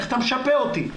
איך אתה משפה אותי?